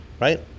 Right